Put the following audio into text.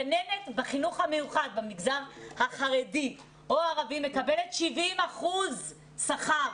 גננת בחינוך המיוחד במגזר החרדי או הערבי מקבלת 70 אחוז שכר.